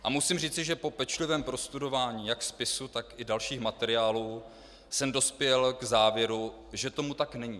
A musím říci, že po pečlivém prostudování jak spisu, tak i dalších materiálů jsem dospěl k závěru, že tomu tak není.